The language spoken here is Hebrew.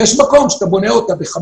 ויש מקום שאתה בונה ב-560,000,